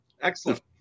excellent